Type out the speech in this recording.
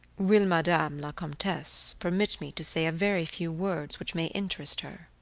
will madame la comtesse permit me to say a very few words which may interest her